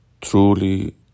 truly